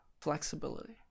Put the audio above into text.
flexibility